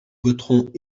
voterons